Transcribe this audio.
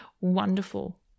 wonderful